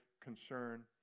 concern